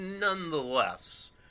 nonetheless